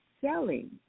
selling